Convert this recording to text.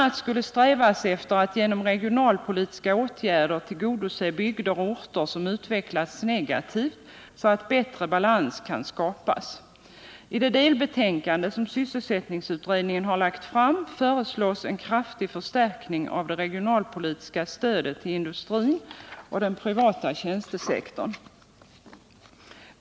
a. skulle strävas efter att genom regionalpolitiska åtgärder tillgodose bygder och orter som utvecklats negativt, så att bättre balans kan skapas. I det delbetänkande som sysselsättningsutredningen har lagt fram föreslås en kraftig förstärkning av det regionalpolitiska stödet till industrin och den privata tjänstesektorn.